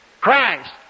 Christ